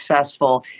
successful